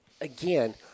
again